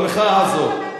במחאה הזאת.